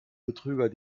betrüger